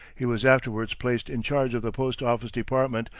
he was afterwards placed in charge of the post-office department,